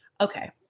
okay